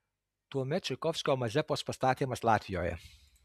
tuomet čaikovskio mazepos pastatymas latvijoje